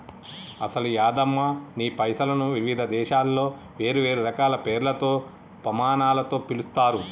అసలు యాదమ్మ నీ పైసలను వివిధ దేశాలలో వేరువేరు రకాల పేర్లతో పమానాలతో పిలుస్తారు